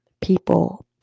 people